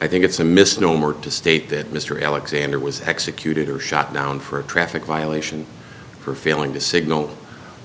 i think it's a misnomer to state that mr alexander was executed or shot down for a traffic violation for failing to signal